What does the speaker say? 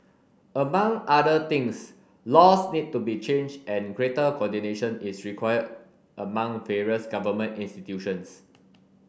among other things laws need to be changed and greater coordination is required among various government institutions